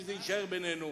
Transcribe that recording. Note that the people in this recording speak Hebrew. כי זה יישאר בינינו.